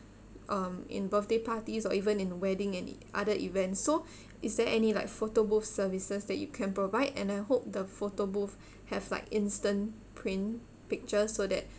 um in birthday parties or even in wedding and other events so is there any like photo booth services that you can provide and I hope the photo booth have like instant print pictures so that